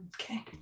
Okay